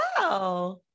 wow